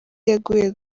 yaguye